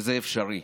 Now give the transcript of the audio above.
שזה אפשרי.